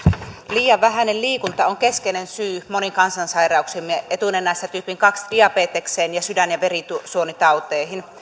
liian vähäinen liikunta on keskeinen syy moniin kansansairauksiimme etunenässä tyypin kahteen diabetekseen ja sydän ja verisuonitauteihin